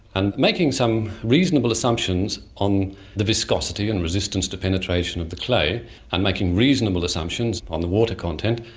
and making some reasonable assumptions on the viscosity and resistance to penetration of the clay and making reasonable assumptions on the water content,